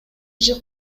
иши